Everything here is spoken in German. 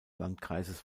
landkreises